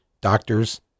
doctors